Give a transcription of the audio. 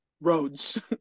roads